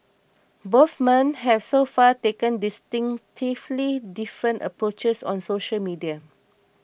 both men have so far taken distinctively different approaches on social media